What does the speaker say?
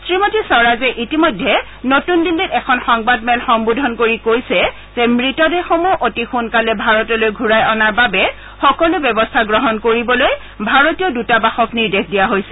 শ্ৰীমতী স্বৰাজে ইতিমধ্যে নতুন দিল্লীত এখন সংবাদ মেল সম্বোধন কৰি কৈছে যে মৃতদেহসমূহ অতি সোনকালে ভাৰতলৈ ঘূৰাই অনাৰ বাবে সকলো ব্যৱস্থা গ্ৰহণ কৰিবলৈ ভাৰতীয় দৃতাবাসক নিৰ্দেশ দিয়া হৈছে